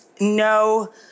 No